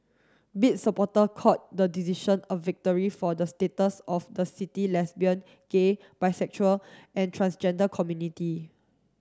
bid supporter called the decision a victory for the status of the city lesbian gay bisexual and transgender community